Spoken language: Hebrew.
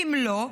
ואם לא,